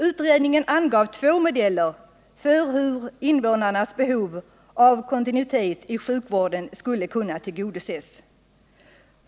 Utredningen angav två modeller för hur invånarnas behov av kontinuitet i sjukvården skulle kunna tillgodoses.